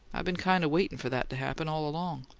i been kind of waiting for that to happen, all along.